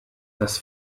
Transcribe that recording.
das